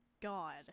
God